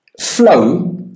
flow